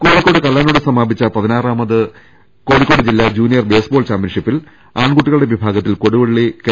കോഴിക്കോട് കല്ലാനോട് സമാപിച്ച പതിനാറാമത് കോഴിക്കോട് ജില്ലാ ജൂനിയർ ബേസ്ബോൾ ചാമ്പ്യൻഷിപ്പിൽ ആൺകുട്ടികളുടെ വിഭാഗത്തിൽ കൊടുവള്ളി കെ